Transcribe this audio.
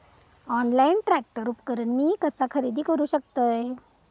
Online tractor उपकरण मी कसा खरेदी करू शकतय?